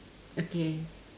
okay